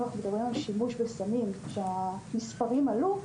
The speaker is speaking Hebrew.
אם אנחנו מדברים על שימוש בסמים שמהספרים עלו,